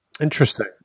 Interesting